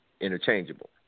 interchangeable